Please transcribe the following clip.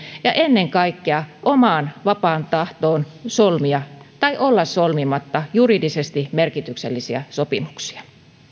ja ennen kaikkea omaan vapaaseen tahtoon solmia tai olla solmimatta juridisesti merkityksellisiä sopimuksia